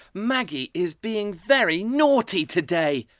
maggie is being very naughty today.